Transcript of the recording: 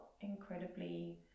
incredibly